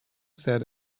said